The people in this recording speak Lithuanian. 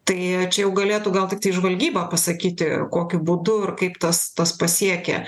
tai čia jau galėtų gal tiktai žvalgyba pasakyti kokiu būdu ir kaip tas tas pasiekia